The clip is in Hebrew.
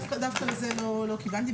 דווקא לזה לא כיוונתי.